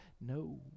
No